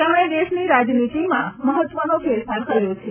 તેમણે દેશની રાજનીતિમાં મહત્વનો ફેરફાર કર્યો છે